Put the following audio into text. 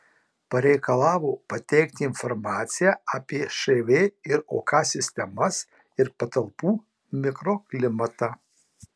pareikalavo pateikti informaciją apie šv ir ok sistemas ir patalpų mikroklimatą